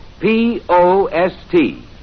P-O-S-T